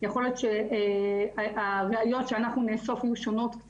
בשיתוף פעולה עם שאר הרשויות היא עבודה טובה מאוד.